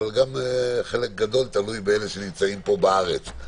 אבל חלק גדול תלוי באלה שנמצאים פה בארץ.